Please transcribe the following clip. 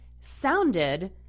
sounded